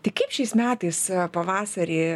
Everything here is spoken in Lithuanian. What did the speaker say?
ti kaip šiais metais pavasarį